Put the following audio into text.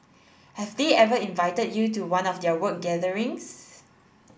have they ever invited you to one of their work gatherings